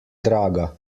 draga